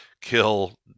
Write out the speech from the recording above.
kill